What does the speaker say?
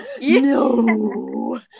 no